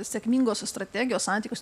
sėkmingos strategijos santykius